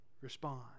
respond